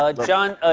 ah john, ah